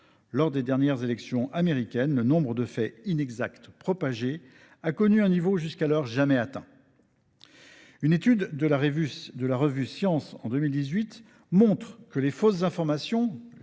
Lors des dernières élections américaines, le nombre de faits inexacts qui ont été propagés a progressé à un niveau jusqu’alors jamais atteint. Une étude de la revue en 2018 montre que les fausses informations,